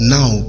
Now